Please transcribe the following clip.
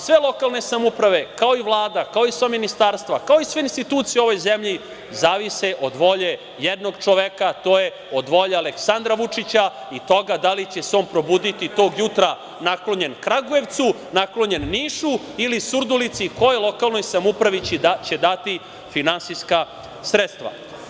Sve lokalne samouprave, kao i Vlada, kao i sva ministarstva, kao i sve institucije u ovoj zemlji, zavise od volje jednog čoveka, to je od volje Aleksandra Vučića i toga da li će se on probuditi tog jutra naklonjen Kragujevcu, naklonjen Nišu ili Surdulici, kojoj lokalnoj samoupravi će dati finansijska sredstva.